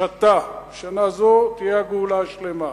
השתא, שבשנה זו תהיה הגאולה השלמה.